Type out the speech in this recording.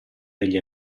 degli